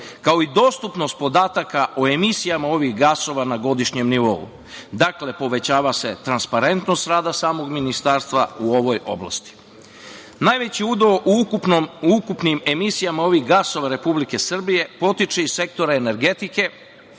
kao i dostupnost podataka o emisijama ovih gasova na godišnjem nivou. Dakle, povećava se transparentnost rada samog Ministarstva u ovoj oblasti. Najveći udeo u ukupnim emisijama ovih gasova Republike Srbije potiče iz sektora energetike,